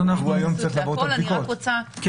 אז אנחנו --- אני רק רוצה --- כן.